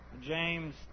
James